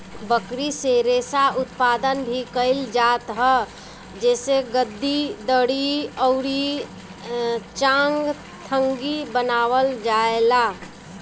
बकरी से रेशा उत्पादन भी कइल जात ह जेसे गद्दी, दरी अउरी चांगथंगी बनावल जाएला